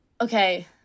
okay